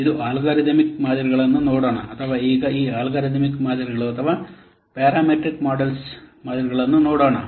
ಈಗ ಇದು ಅಲ್ಗಾರಿದಮಿಕ್ ಮಾದರಿಗಳನ್ನು ನೋಡೋಣ ಅಥವಾ ಈಗ ಈ ಅಲ್ಗಾರಿದಮಿಕ್ ಮಾದರಿಗಳು ಅಥವಾ ಪ್ಯಾರಮೆಟ್ರಿಕ್ ಮಾದರಿಗಳನ್ನು ನೋಡೋಣ